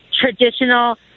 traditional